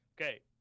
Okay